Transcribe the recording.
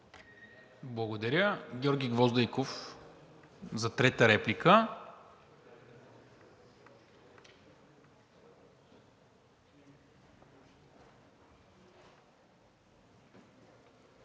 Благодаря. Георги Гвоздейков – за трета реплика.